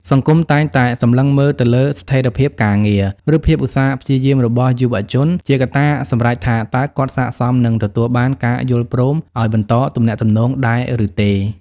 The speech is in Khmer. សង្គមតែងតែសម្លឹងមើលទៅលើ "ស្ថិរភាពការងារ" ឬភាពឧស្សាហ៍ព្យាយាមរបស់យុវជន ជាកត្តាសម្រេចថាតើគាត់ស័ក្តិសមនឹងទទួលបានការយល់ព្រមឱ្យបន្តទំនាក់ទំនងដែរឬទេ។